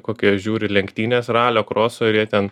kokias žiūri lenktynes ralio kroso ir jie ten